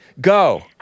Go